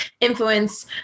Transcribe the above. influence